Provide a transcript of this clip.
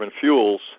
fuels